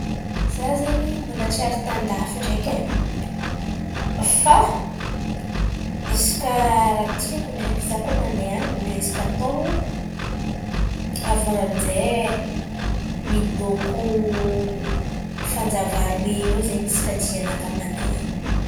Izaho zen̈y mbola tsy ary tandafy ndraiky e fa izy kà ràha tiako ndraiky izaho kôa mandeha any indraiky isaka taon̈o. Avy iô amin'zay midôko fanjava aroe eo zen̈y isaka dia-nakà mandeha any.